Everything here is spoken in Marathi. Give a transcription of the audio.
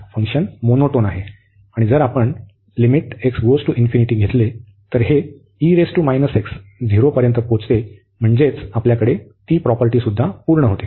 आणि हे फंक्शन मोनोटोन आहे आणि जर आपण घेतल्यास हे हे झिरो पर्यंत पोचते म्हणजेच आपल्याकडे ती प्रॉपर्टीसुद्धा पूर्ण होते